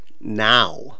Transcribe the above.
now